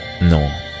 No